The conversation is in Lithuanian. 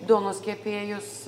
duonos kepėjus